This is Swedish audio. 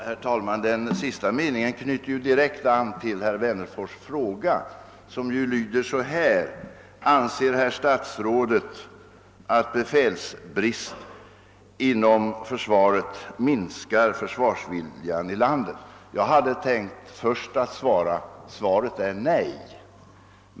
Herr talman! Den sista meningen i svaret anknyter direkt till herr Wennerfors” fråga, som lyder så här: Anser herr statsrådet att befälsbrist inom försvaret minskar försvarsviljan i landet? Jag hade först tänkt säga: Svaret är nej.